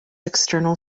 external